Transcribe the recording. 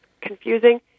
confusing